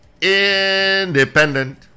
independent